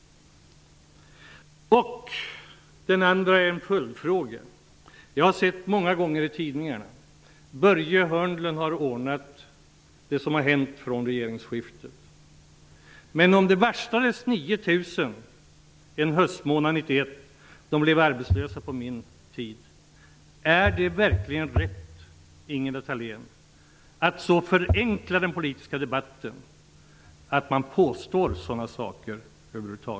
Det andra är en följdfråga. Jag har många gånger läst i tidningarna: Börje Hörnlund har ordnat det som har hänt sedan regeringsskiftet. Men om det varslades 9 000 personer en höstmånad 1991 och de blev arbetslösa under min tid som arbetsmarknadsminister -- är det då verkligen rätt, Ingela Thalén, att så förenkla den politiska debatten att man påstår sådana saker?